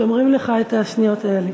שומרים לך את השניות האלה.